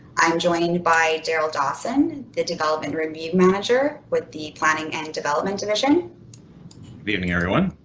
i'm joined by darrell dawson, the development review manager with the planning and development division. good evening everyone.